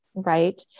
right